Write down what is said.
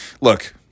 Look